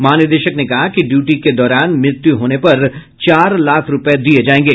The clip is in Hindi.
महानिदेशक ने कहा कि ड्यूटी के दौरान मृत्यु होने पर चार लाख रुपये दिये जायेंगे